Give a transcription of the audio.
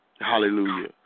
Hallelujah